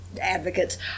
advocates